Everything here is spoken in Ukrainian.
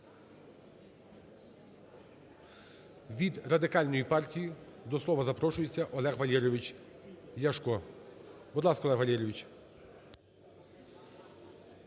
Від Радикальної партії до слова запрошується Олег Валерійович Ляшко. Будь ласка, Олег Валерійович.